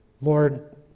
Lord